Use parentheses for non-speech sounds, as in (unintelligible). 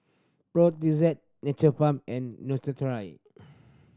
Brotzeit Nature Farm and (unintelligible)